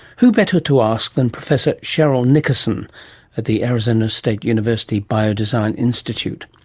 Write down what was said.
who better to ask than professor cheryl nickerson at the arizona state university biodesign institute.